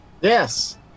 yes